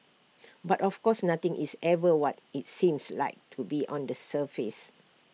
but of course nothing is ever what IT seems like to be on the surface